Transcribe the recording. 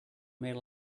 made